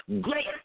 great